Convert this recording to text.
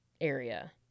area